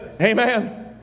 Amen